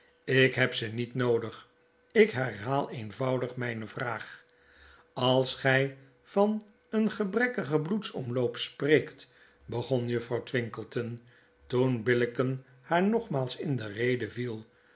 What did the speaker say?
ik heb ze niet noodig ik herhaal eenvoudig myne vraag als gy van een gebrekkigen bloedsomloop spreekt begon juffrouw twinkleton toen billicken haar nogmaals in de rede viel